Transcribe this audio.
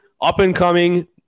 up-and-coming